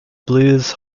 blues